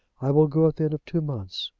i will go at the end of two months.